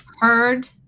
heard